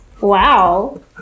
Wow